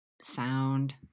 sound